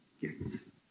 gates